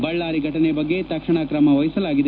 ಬಳ್ಳಾರಿಯ ಘಟನೆ ಬಗ್ಗೆ ತಕ್ಷಣ ತ್ರಮ ವಹಿಸಲಾಗಿದೆ